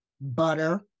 Butter